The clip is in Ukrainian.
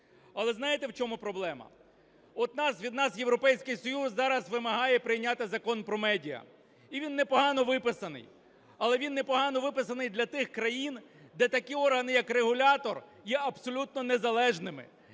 Але знаєте, в чому проблема? Від нас Європейський Союз зараз вимагає прийняти Закон про медіа, і він непогано виписаний. Але він непогано виписаний для тих країн, де такі органи, як регулятор, є абсолютно незалежними.